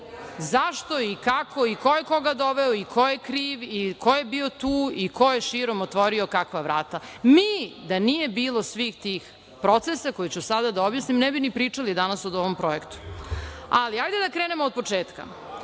zašto i kako i ko je koga doveo i ko je kriv i ko je bio tu i ko je širom otvorio kakva vrata. Mi da nije bilo svih tih procesa, koje ću sada da objasnim, ne bi ni pričali danas o ovom projektu, ali hajde da krenemo od početka.